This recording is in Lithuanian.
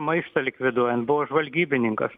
maištą likviduojant buvo žvalgybininkas